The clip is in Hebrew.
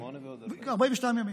28 ועוד 14. 42 ימים.